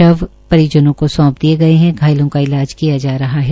शव परिजनों को सौंप दिये गये है घायलों का इलाज किया जा रहा है